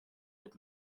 wird